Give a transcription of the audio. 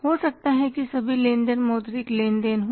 हो सकता है कि सभी लेन देन मौद्रिक लेन देन हों